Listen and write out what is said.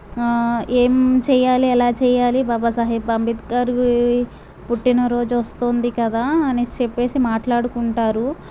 ఏం చెయ్యాలి ఎలా చెయ్యాలి బాబా సాహీద్ అంబేద్కరి పుట్టినరోజు వస్తుంది కదా అనేసి చెప్పేసి మాట్లాడుకుంటారు